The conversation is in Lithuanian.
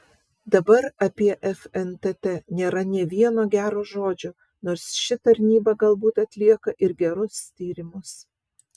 dabar apie fntt nėra nė vieno gero žodžio nors ši tarnyba galbūt atlieka ir gerus tyrimus